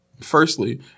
firstly